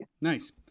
Nice